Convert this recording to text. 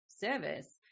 service